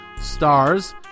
stars